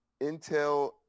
Intel